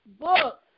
book